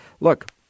Look